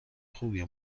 خوبیه